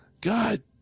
God